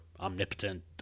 omnipotent